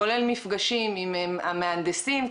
כולל מפגשים עם המהנדסים,